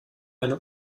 eine